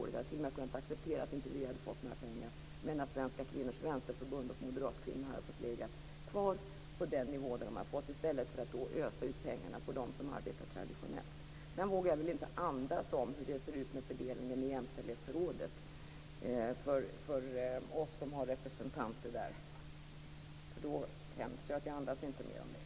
Jag hade t.o.m. kunnat acceptera att inte vi hade fått några pengar men att Svenska kvinnors vänsterförbund och moderatkvinnor hade fått ligga kvar på samma nivå, i stället för att ösa ut pengarna på dem som arbetar traditionellt. Sedan vågar jag inte andas om hur det ser ut med fördelningen i Jämställdhetsrådet för oss som har representanter där. Jag andas inte mer om det.